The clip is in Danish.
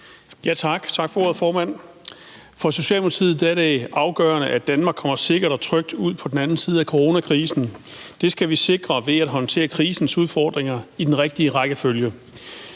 Thomas Jensen (S): For Socialdemokratiet er det afgørende, at Danmark kommer sikkert og trygt ud på den anden side af coronakrisen. Det skal vi sikre ved at håndtere krisens udfordringer i den rigtige rækkefølge.